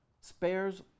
spares